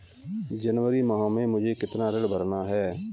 जनवरी माह में मुझे कितना ऋण भरना है?